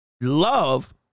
Love